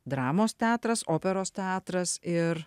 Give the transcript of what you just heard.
dramos teatras operos teatras ir